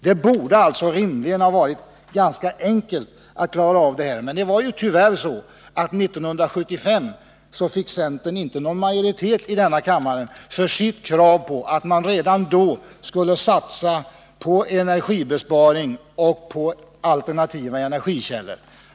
Det borde alltså rimligen ha varit ganska enkelt att klara av detta — men tyvärr fick centern inte år 1975 någon majoritet i denna kammare för sitt krav på att man redan då skulle satsa på energibesparingar och på alternativa energikällor.